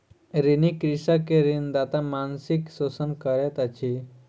ऋणी कृषक के ऋणदाता मानसिक शोषण करैत अछि